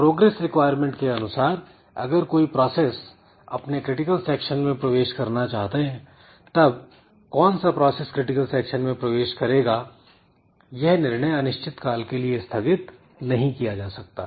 progress requirement के अनुसार अगर कई प्रोसेस अपने क्रिटिकल सेक्शन में प्रवेश करना चाहते हैं तब कौन सा प्रोसेस क्रिटिकल सेक्शन में प्रवेश करेगा यह निर्णय अनिश्चितकाल के लिए स्थगित नहीं किया जा सकता